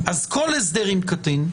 אז כל הסדר עם קטין,